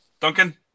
Duncan